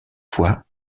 fois